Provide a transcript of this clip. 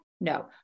No